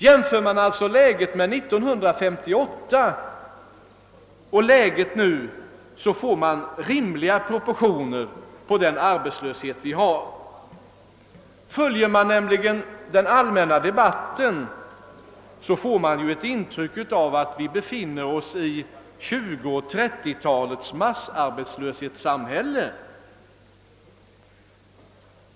Jämför man läget år 1958 och 1967 får man rimliga proportioner på den nuvarande arbetslösheten. Av den allmänna debatten får man däremot närmast ett intryck av att vi befinner oss i samma situation som under 1920 och 1930-talets massarbetslöshet.